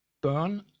burn